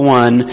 one